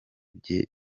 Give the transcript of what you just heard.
bye